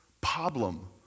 problem